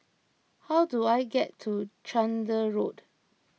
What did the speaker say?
how do I get to Chander Road